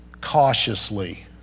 cautiously